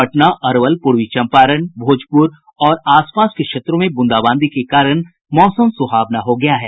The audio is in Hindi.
पटना अरवल पूर्वी चंपारण भोजपुर और आस पास के क्षेत्रों में ब्रंदाबांदी के कारण मौसम सुहावना हो गया है